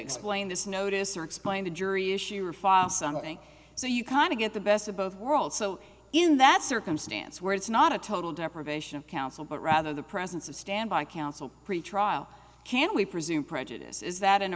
explain this notice or explain the jury issue or fasano thing so you kind of get the best of both worlds so in that circumstance where it's not a total deprivation of counsel but rather the presence of standby counsel pretrial can we presume prejudice is that an